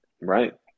Right